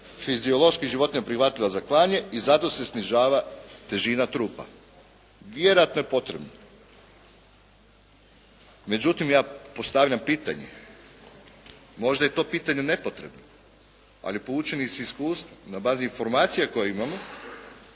fiziološki životinja prihvatljiva za klanje i zato se snižava težina trupla. Vjerojatno je potrebno. Međutim, ja postavljam pitanje, moda je to pitanje nepotrebno, ali po učinih iskustva na bazi informacija koje imamo